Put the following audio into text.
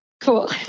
Cool